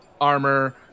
armor